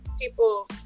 People